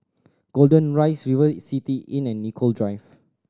Golden Rise River City Inn and Nicoll Drive